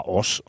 os